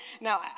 Now